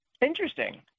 Interesting